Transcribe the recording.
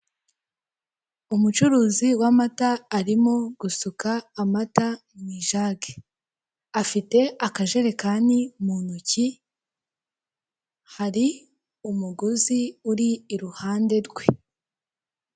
Umucuruzi w'amata arimo gusuka amata mu ijage. Afite akajerekani mu ntoki, hari umuguzi uri iruhande rwe.